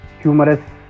Humorous